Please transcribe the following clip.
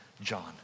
John